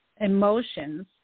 emotions